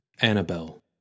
Annabelle